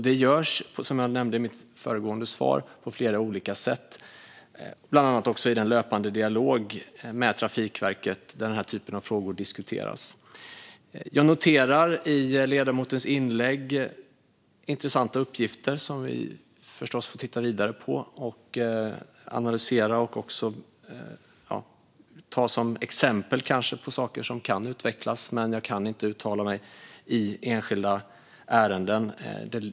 Det görs, som jag nämnde i mitt interpellationssvar, på flera olika sätt, bland annat i den löpande dialog med Trafikverket där den här typen av frågor diskuteras. Jag noterar i ledamotens inlägg intressanta uppgifter som vi förstås får titta vidare på, analysera och kanske ta som exempel på saker som kan utvecklas. Men jag kan inte uttala mig i enskilda ärenden.